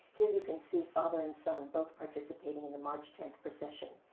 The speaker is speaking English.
here, you can see father and son both participating in the march tenth procession,